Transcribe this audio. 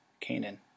Canaan